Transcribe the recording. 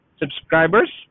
subscribers